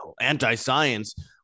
anti-science